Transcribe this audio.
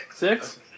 Six